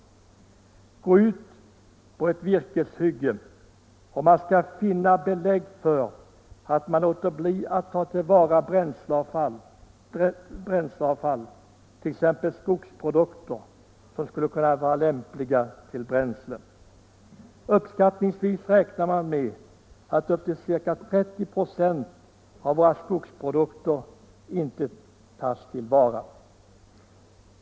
Om vi går ut på ett virkeshygge skall vi finna belägg för att man låter bli att ta till vara skogsprodukter som skulle vara lämpliga till bränsle. Uppskattningsvis är det upp till 30 96 av vår skogsproduktion som inte tas till vara.